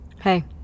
Hey